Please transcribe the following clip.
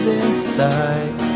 inside